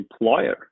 employer